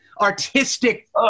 artistic